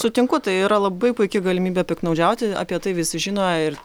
sutinku tai yra labai puiki galimybė piktnaudžiauti apie tai visi žino ir